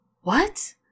What